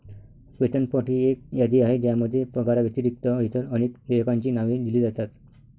वेतनपट ही एक यादी आहे ज्यामध्ये पगाराव्यतिरिक्त इतर अनेक देयकांची नावे दिली जातात